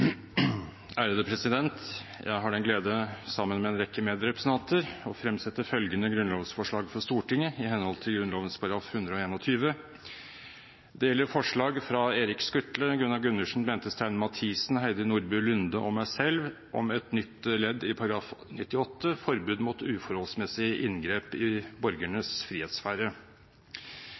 Jeg har den glede, sammen med en rekke medrepresentanter, å fremme følgende grunnlovsforslag for Stortinget i henhold til Grunnloven § 121: Det gjelder grunnlovsforslag fra representantene Erik Skutle, Gunnar Gundersen, Bente Stein Mathisen, Heidi Nordby Lunde og meg selv om endring i § 98, forbud mot uforholdsmessig inngrep i borgernes frihetssfære.